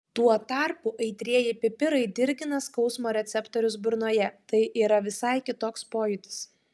tuo tarpu aitrieji pipirai dirgina skausmo receptorius burnoje tai yra visai kitoks pojūtis